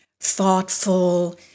thoughtful